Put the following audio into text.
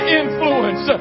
influence